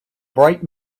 bright